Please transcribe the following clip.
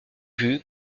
vue